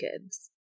kids